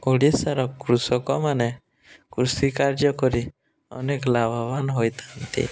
ଓଡ଼ିଶାର କୃଷକମାନେ କୃଷି କାର୍ଯ୍ୟ କରି ଅନେକ ଲାଭବାନ ହୋଇଥାନ୍ତି